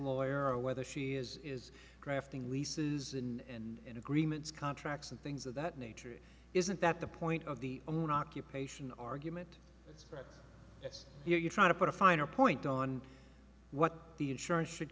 lawyer or whether she is is drafting leases and in agreements contracts and things of that nature it isn't that the point of the on occupation argument that's right yes you're trying to put a finer point on what the insurance should